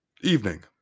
evening